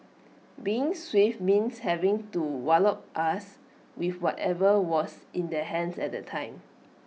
being swift means having to wallop us with whatever was in their hands at the time